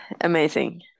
amazing